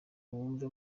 rumwe